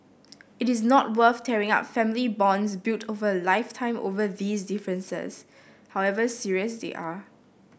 it is not worth tearing up family bonds built over lifetime over these differences however serious they are